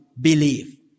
believe